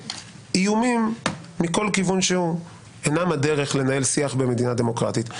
ואיומים מכל כיוון שהוא אינם הדרך לנהל שיח במדינה דמוקרטית.